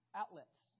outlets